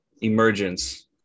emergence